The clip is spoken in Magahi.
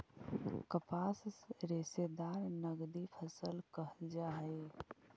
कपास रेशादार नगदी फसल कहल जा हई